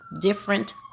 different